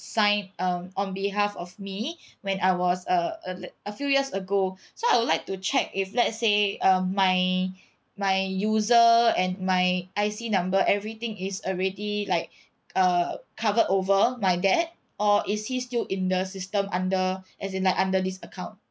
signed um on behalf of me when I was a a litt~ a few years ago so I would like to check if let's say um my my user and my I_C number everything is already like uh covered over my dad or is he still in the system under as in like under this account